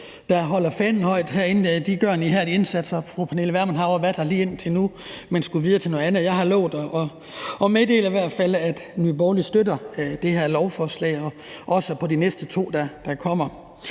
der holder fanen højt herinde, gør en ihærdig indsats, og fru Pernille Vermund har også været her lige indtil nu, men skulle videre til noget andet. Jeg har i hvert fald lovet at meddele, at Nye Borgerlige støtter det her lovforslag og også de næste to, der kommer.